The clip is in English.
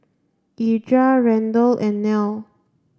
Edra Randle and Nell